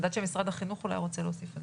אני יודעת שמשרד החינוך אולי רוצה להוסיף.